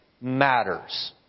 matters